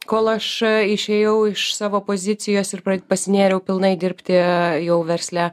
kol aš išėjau iš savo pozicijos ir pasinėriau pilnai dirbti jau versle